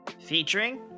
Featuring